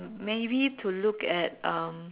maybe to look at um